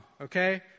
okay